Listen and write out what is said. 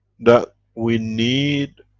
that we need